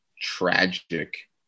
tragic